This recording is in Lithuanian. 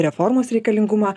reformos reikalingumą